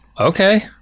Okay